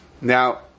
Now